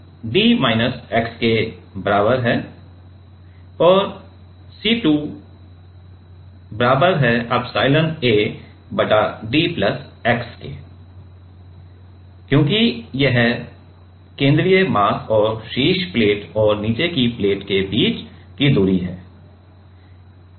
D 1 D minus x के बराबर है और C2 एप्सिलॉन A बटा डी प्लस x है क्योंकि यह केंद्रीय मास और शीर्ष प्लेट और नीचे की प्लेट के बीच की दूरी है